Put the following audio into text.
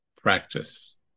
practice